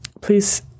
please